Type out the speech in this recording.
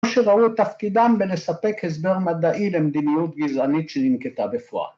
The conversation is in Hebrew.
‫כמו שראו תפקידם בלספק הסבר מדעי ‫למדיניות גזענית שננקטה בפועל.